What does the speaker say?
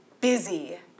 busy